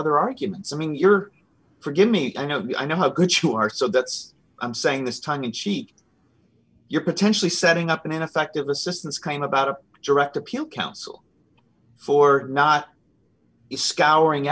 other arguments among your forgive me i know i know how good you are so that's i'm saying this tongue in cheek you're potentially setting up an ineffective assistance kind about a direct appeal counsel for not scouring